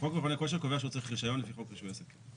חוק מכוני כושר קובע שהוא צריך רישיון לפי חוק רישוי עסקים.